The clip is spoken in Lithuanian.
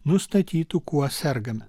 nustatytų kuo sergame